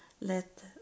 let